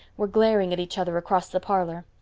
were glaring at each other across the parlor.